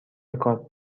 کارت